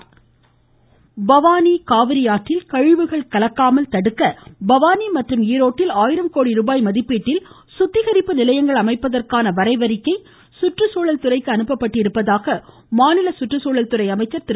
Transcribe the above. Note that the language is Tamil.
ந்த கருப்பணன் பவானி காவிரியாற்றில் கழிவுகள் கலக்காமல் தடுக்க பவானி மற்றும் ஈரோட்டில் ஆயிரம் கோடி ரூபாய் மதிப்பீட்டில் சுத்திகரிப்பு நிலையங்கள் அமைப்பதற்கான வரைவறிக்கை சுற்றுச்சூழல் துறைக்கு அனுப்பப்பட்டிருப்பதாக மாநில சுற்றுச்சூழல்துறை அமைச்சா திரு